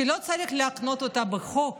שלא צריך להקנות אותה בחוק